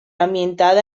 ambientada